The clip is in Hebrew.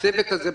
הצוות הזה,